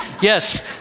Yes